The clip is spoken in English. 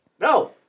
No